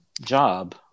job